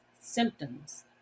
symptoms